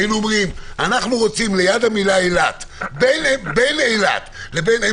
והיינו אומרים: אנחנו רוצים בין המילה אילת לבין המילה